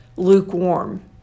lukewarm